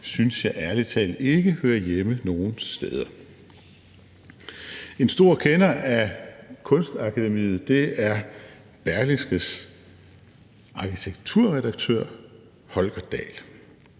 synes jeg ærlig talt ikke hører hjemme nogen steder. En stor kender af Kunstakademiet er Berlingskes arkitekturredaktør, Holger Dahl.